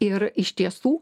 ir iš tiesų